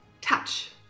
touch